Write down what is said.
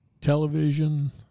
television